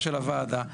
חובה על גורמי הצבא,